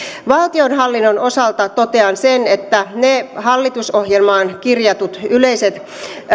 valtionhallinnon osalta totean sen että hallitusohjelmaan kirjattuja yleisiä